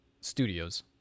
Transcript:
studios